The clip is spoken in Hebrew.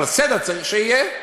אבל סדר, צריך שיהיה.